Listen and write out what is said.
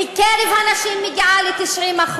בקרב הנשים מגיעה ל-90%.